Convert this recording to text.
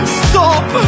stop